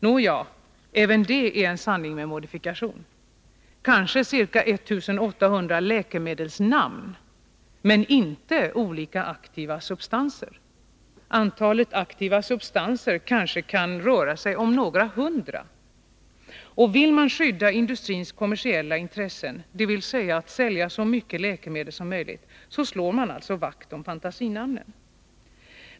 Nåja, även detta är en sanning med modifikation — kanske ca 1 800 läkemedelsnamn, men inte olika aktiva substanser. Antalet aktiva substanser kan kanske uppgå till några hundra. Vill man skydda industrins kommersiella intressen, dvs. att sälja så mycket läkemedel som möjligt, slår man alltså vakt om fantasinamn.